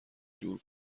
دور